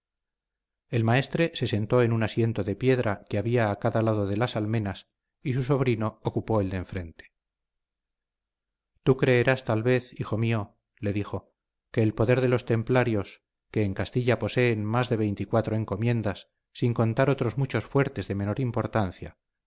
el maestre se sentó en un asiento de piedra que había a cada lado de las almenas y su sobrino ocupó el de enfrente tú creerás tal vez hijo mío le dijo que el poder de los templarios que en castilla poseen más de veinticuatro encomiendas sin contar otros muchos fuertes de menos importancia